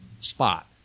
spot